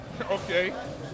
Okay